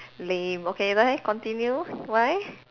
lame okay 来来 continue why